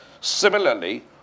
Similarly